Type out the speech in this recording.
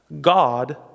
God